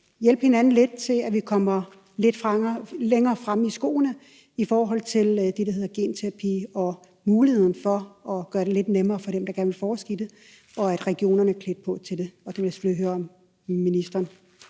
hjælpe hinanden lidt med at komme lidt længere frem i skoene i forhold til det, der hedder genterapi, for at gøre det lidt nemmere for dem, der gerne vil forske i det, og at vi får regionerne klædt på til det. Det vil jeg selvfølgelig høre om ministeren